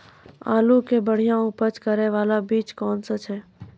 आलू के बढ़िया उपज करे बाला बीज कौन छ?